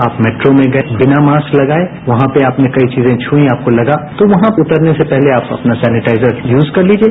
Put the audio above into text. आप मेट्रो में गये बिना मास्क लगाये वहां पर आपने कई चीजें छुईं तो लगा तो वहां पर उतरने से पहले आप अपना सेनिटाइजर यूज कर लीजिए